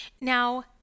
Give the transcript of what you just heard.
Now